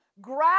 grab